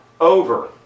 Over